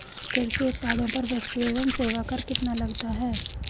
कृषि उत्पादों पर वस्तु एवं सेवा कर कितना लगता है?